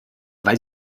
weil